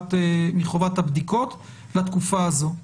מחובת הבדיקות לתקופה הזו.